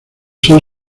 son